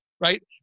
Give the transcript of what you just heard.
right